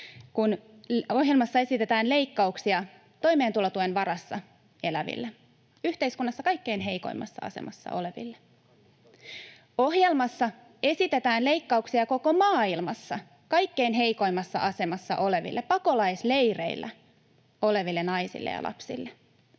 kun ohjelmassa esitetään leikkauksia toimeentulotuen varassa eläville — yhteiskunnassa kaikkein heikoimmassa asemassa oleville. Ohjelmassa esitetään leikkauksia koko maailmassa kaikkein heikoimmassa asemassa oleville, pakolaisleireillä oleville naisille ja lapsille.